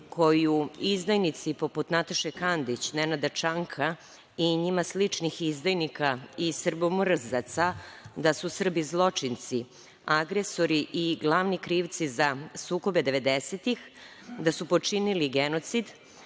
koju izdajnici poput Nataše Kandić, Nenada Čanka i njima sličnih izdajnika i srbomrzaca da su Srbi zločinci, agresori i glavni krivci za sukobe 90-ih, da su počinili genocid,